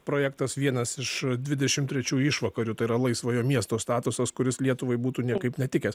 projektas vienas iš dvidešim trečių išvakarių tai yra laisvojo miesto statusas kuris lietuvai būtų niekaip netikęs